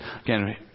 again